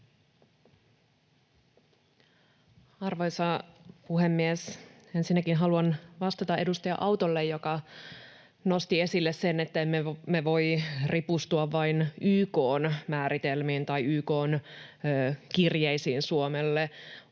Arvoisa puhemies! Ensinnäkin haluan vastata edustaja Autolle, joka nosti esille sen, että emme me voi ripustautua vain YK:n määritelmiin tai YK:n kirjeisiin Suomelle.